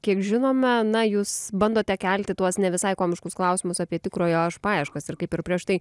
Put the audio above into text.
kiek žinome na jūs bandote kelti tuos ne visai komiškus klausimus apie tikrojo aš paieškas ir kaip ir prieš tai